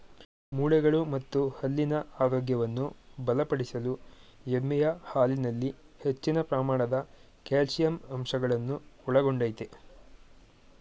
ಮೂಳೆಗಳು ಮತ್ತು ಹಲ್ಲಿನ ಆರೋಗ್ಯವನ್ನು ಬಲಪಡಿಸಲು ಎಮ್ಮೆಯ ಹಾಲಿನಲ್ಲಿ ಹೆಚ್ಚಿನ ಪ್ರಮಾಣದ ಕ್ಯಾಲ್ಸಿಯಂ ಅಂಶಗಳನ್ನು ಒಳಗೊಂಡಯ್ತೆ